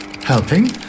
Helping